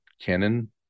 Canon